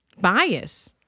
bias